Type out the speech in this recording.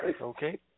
Okay